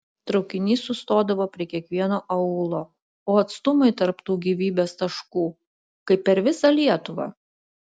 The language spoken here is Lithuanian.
traukinys sustodavo prie kiekvieno aūlo o atstumai tarp tų gyvybės taškų kaip per visą lietuvą